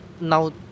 now